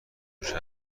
میشن